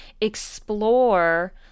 explore